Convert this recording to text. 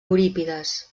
eurípides